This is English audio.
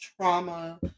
trauma